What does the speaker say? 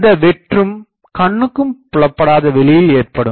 இந்த வெற்றும் கண்ணுக்கு புலப்படாத வெளியில் ஏற்படும்